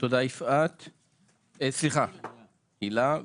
תודה, הילה.